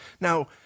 Now